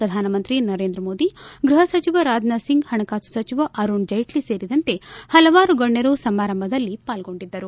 ಪ್ರಧಾನಮಂತ್ರಿ ನರೇಂದ್ರ ಮೋದಿ ಗೃಹ ಸಚಿವ ರಾಜನಾಥ್ ಸಿಂಗ್ ಹಣಕಾಸು ಸಚಿವ ಅರುಣ್ ಜೇಟ್ಲ ಸೇರಿದಂತೆ ಹಲವಾರು ಗಣ್ಣರು ಸಮಾರಂಭದಲ್ಲಿ ಪಾರ್ಸೊಂಡಿದ್ದರು